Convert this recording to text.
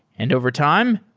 and over time,